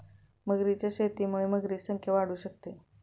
मगरींच्या शेतीमुळे मगरींची संख्या वाढू शकते